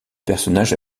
personnage